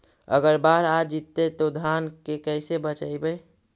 अगर बाढ़ आ जितै तो धान के कैसे बचइबै?